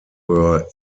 were